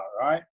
right